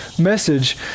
Message